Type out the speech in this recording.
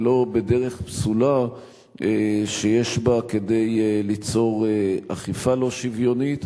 ולא בדרך פסולה שיש בה כדי ליצור אכיפה לא שוויונית